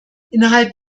innerhalb